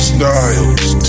Styles